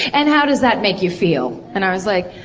and how does that make you feel? and i was like,